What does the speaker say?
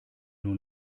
nur